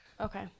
Okay